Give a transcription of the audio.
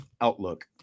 outlook